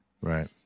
right